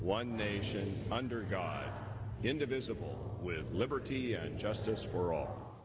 one nation under god indivisible with liberty and justice for all